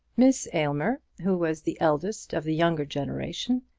miss aylmer, who was the eldest of the younger generation,